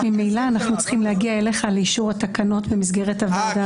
ממילא אנחנו צריכים להגיע אליך לאישור התקנות במסגרת הוועדה הזו.